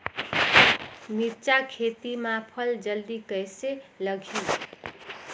मिरचा खेती मां फल जल्दी कइसे लगही?